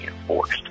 enforced